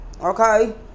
okay